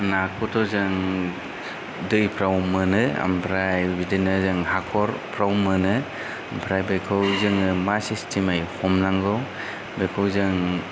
नाखौथ' जों दैफ्राव मोनो आमफ्राय बिदिनो जों हाखरफ्राव मोनो आमफ्राय बेखौ जों मा सिस्टेमै हमनांगौ बेखौबो जों